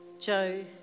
Joe